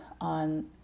on